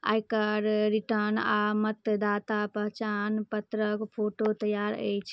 आयकर रिटर्न आ मतदाता पहचान पत्रक फोटो तैयार अछि